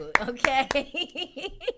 okay